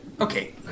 Okay